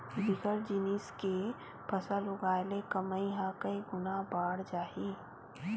बिकट जिनिस के फसल उगाय ले कमई ह कइ गुना बाड़ जाही